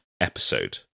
episode